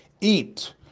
eat